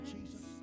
Jesus